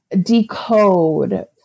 decode